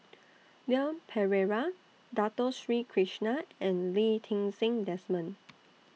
Leon Perera Dato Sri Krishna and Lee Ti Seng Desmond